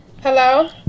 Hello